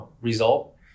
result